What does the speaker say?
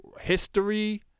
history